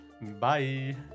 Bye